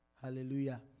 Hallelujah